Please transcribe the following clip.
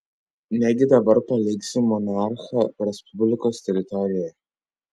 negi dabar paliksi monarchą respublikos teritorijoje